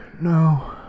No